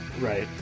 Right